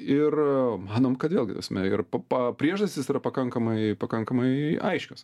ir manom kad vėl ta prasme ir pa priežastys yra pakankamai pakankamai aiškios